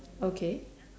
okay